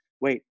Wait